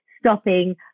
stopping